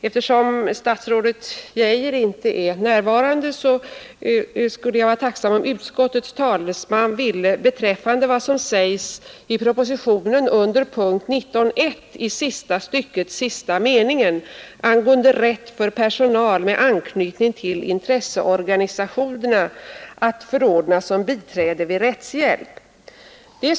Eftersom statsrådet Geijer inte är närvarande skulle jag vara tacksam om utskottets talesman ville förtydliga vad som sägs i propositionen under punkten 19.1, sista styckets sista mening, angående rätt för personal med anknytning till intresseorganisationerna att förordnas som biträde vid rättshjälp.